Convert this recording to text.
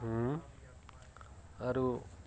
ଆରୁ